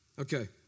Okay